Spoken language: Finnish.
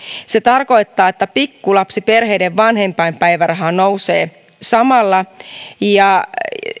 se tarkoittaa että pikkulapsiperheiden vanhempainpäiväraha nousee samalla ja